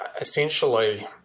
essentially